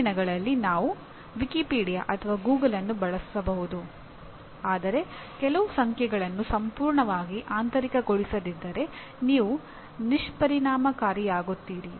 ಈ ದಿನಗಳಲ್ಲಿ ನಾವು ವಿಕಿಪೀಡಿಯಾ ಅಥವಾ ಗೂಗಲ್ ಅನ್ನು ಬಳಸಬಹುದು ಆದರೆ ಕೆಲವು ಸಂಖ್ಯೆಗಳನ್ನು ಸಂಪೂರ್ಣವಾಗಿ ಆಂತರಿಕಗೊಳಿಸದಿದ್ದರೆ ನೀವು ನಿಷ್ಪರಿಣಾಮಕಾರಿಯಾಗುತ್ತೀರಿ